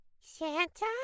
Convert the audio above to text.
Santa